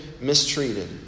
mistreated